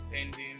ending